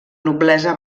noblesa